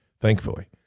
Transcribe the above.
thankfully